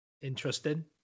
Interesting